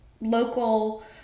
local